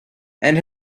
and